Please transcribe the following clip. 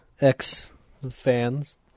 X-Fans